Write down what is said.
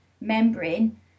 membrane